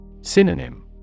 Synonym